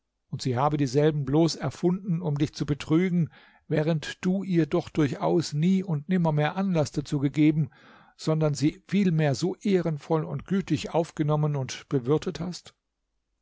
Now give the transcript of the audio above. und sie habe dieselben bloß erfunden um dich zu betrügen während du ihr doch durchaus nie und nimmermehr anlaß dazu gegeben sondern sie vielmehr so ehrenvoll und gütig aufgenommen und bewirtet hast